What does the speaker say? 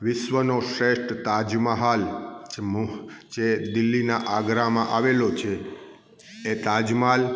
વિશ્વનો શ્રેષ્ઠ તાજમહલ જે મુહ દિલ્હીનાં આગ્રામાં આવેલો છે એ તાજમહલ